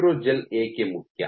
hydrogel ಏಕೆ ಮುಖ್ಯ